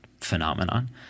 phenomenon